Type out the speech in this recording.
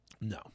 No